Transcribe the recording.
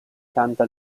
canta